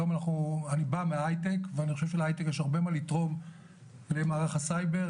אני בא מההייטק ואני חושב שלהייטק יש הרבה מה לתרום למערך הסייבר,